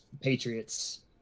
Patriots